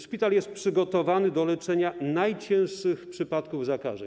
Szpital jest przygotowany do leczenia najcięższych przypadków zakażeń.